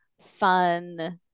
fun